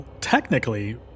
technically